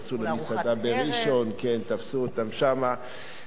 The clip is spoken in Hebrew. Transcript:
תפסו אותם בראשון-לציון.